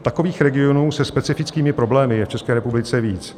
Takových regionů se specifickými problémy je v České republice víc.